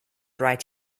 right